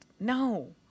No